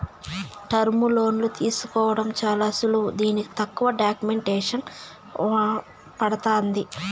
టర్ములోన్లు తీసుకోవడం చాలా సులువు దీనికి తక్కువ డాక్యుమెంటేసన్ పడతాంది